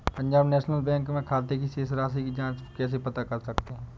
Punjab national bank में खाते की शेष राशि को कैसे पता कर सकते हैं?